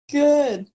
good